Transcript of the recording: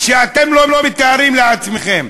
שאתם לא מתארים לעצמכם.